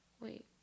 Wait